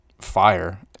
fire